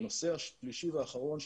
הנושא השלישי והאחרון,